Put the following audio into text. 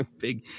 Big